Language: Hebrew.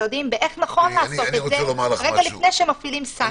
המשרדים איך נכון לעשות את זה רגע לפני שמפעילים סנקציה.